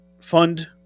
fund